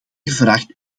gevraagd